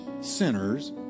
sinners